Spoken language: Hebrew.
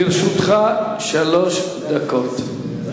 לרשותך שלוש דקות.